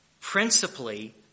principally